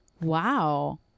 Wow